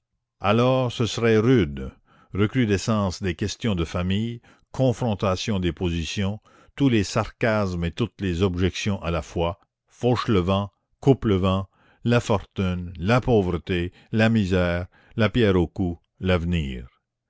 alors ce serait rude recrudescence des questions de famille confrontation des positions tous les sarcasmes et toutes les objections à la fois fauchelevent coupelevent la fortune la pauvreté la misère la pierre au cou l'avenir